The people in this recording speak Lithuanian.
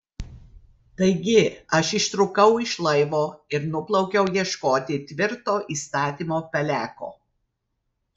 taigi aš ištrūkau iš laivo ir nuplaukiau ieškoti tvirto įstatymo peleko